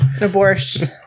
Abortion